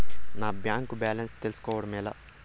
నా bank balance తెలుస్కోవడం ఎలా?